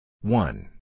One